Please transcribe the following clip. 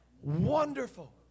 Wonderful